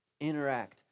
Interact